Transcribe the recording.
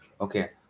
Okay